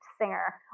Singer